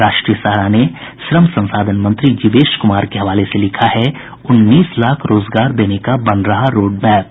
राष्ट्रीय सहारा ने श्रम संसाधन मंत्री जीवेश कुमार के हवाले से लिखा है उन्नीस लाख रोजगार देने का बन रहा रोडमैप